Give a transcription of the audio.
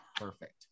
Perfect